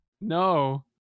No